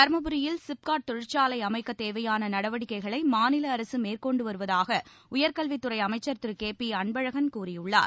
தருமபுரியில் சிப்காட் தொழிற்பேட்டை அமைக்க தேவையான நடவடிக்கைகளை மாநில அரசு மேற்கொண்டு வருவதாக உயர்கல்வித் துறை அமைச்சர் திரு கே பி அன்பழகன் கூறியுள்ளார்